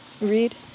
read